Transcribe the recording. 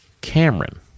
Cameron